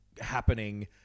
happening